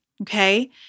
okay